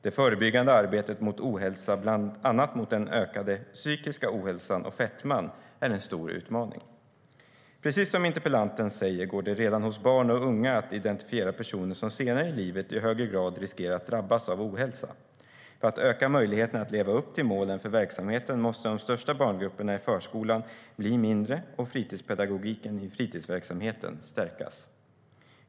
Det förebyggande arbetet mot ohälsa, bland annat mot den ökade psykiska ohälsan och fetman, är en stor utmaning. Precis som interpellanten säger går det redan hos barn och unga att identifiera personer som senare i livet i högre grad riskerar att drabbas av ohälsa. För att öka möjligheterna att leva upp till målen för verksamheten måste de största barngrupperna i förskolan bli mindre och fritidspedagogiken i fritidsverksamheten stärkas.